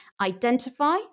identify